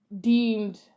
deemed